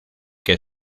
que